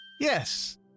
Yes